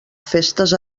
festes